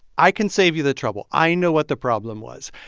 i can save you the trouble. i know what the problem was.